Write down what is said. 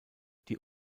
die